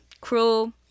Cruel